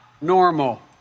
normal